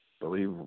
believe